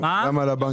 גם על הבנקים.